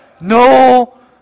No